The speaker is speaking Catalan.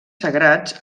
sagrats